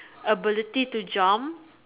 ability to jump